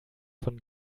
von